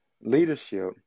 leadership